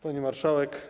Pani Marszałek!